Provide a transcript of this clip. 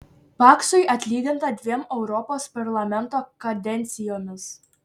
paksui atlyginta dviem europos parlamento kadencijomis